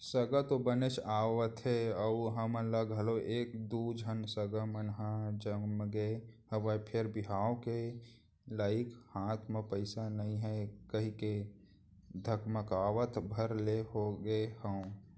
सगा तो बनेच आवथे अउ हमन ल घलौ एक दू झन सगा मन ह जमगे हवय फेर बिहाव के लइक हाथ म पइसा नइ हे कहिके धकमकावत भर ले होगे हंव